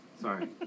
Sorry